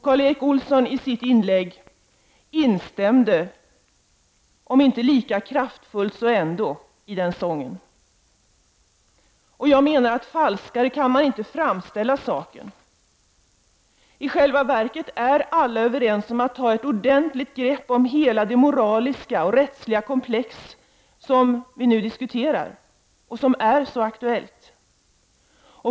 Karl-Erik Olsson instämde i ett inlägg i den sången, även om han inte uttalade sig lika kraftfullt. Falskare kan man, menar jag, inte framställa saken! I själva verket är alla överens om att ett ordentligt grepp måste tas när det gäller hela det moraliska och rättsliga komplex som vi nu diskuterar och som är så aktuellt.